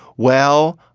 well,